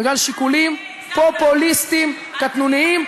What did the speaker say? בגלל שיקולים פופוליסטיים קטנוניים.